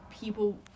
people